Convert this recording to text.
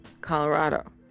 Colorado